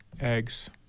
eggs